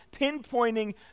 pinpointing